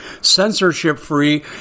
censorship-free